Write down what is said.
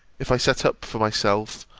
if i set up for myself,